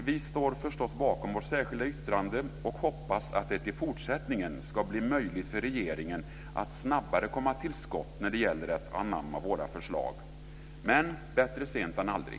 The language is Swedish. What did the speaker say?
Vi står förstås bakom vårt särskilda yttrande och hoppas att det i fortsättningen ska bli möjligt för regeringen att snabbare komma till skott när det gäller att anamma våra förslag, men bättre sent än aldrig.